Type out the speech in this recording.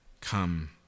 come